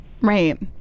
Right